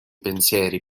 pensieri